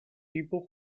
people